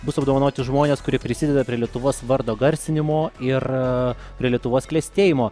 bus apdovanoti žmonės kurie prisideda prie lietuvos vardo garsinimo ir prie lietuvos klestėjimo